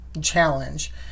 challenge